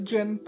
Gen